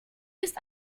ist